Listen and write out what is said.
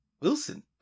Wilson